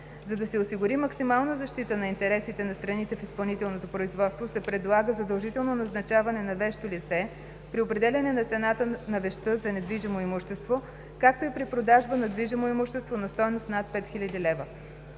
За да се осигури максимална защита на интересите на страните в изпълнителното производство се предлага задължително назначаване на вещо лице при определяне на цената на вещта за недвижимо имущество, както и при продажба на движимо имущество на стойност над 5000 лева.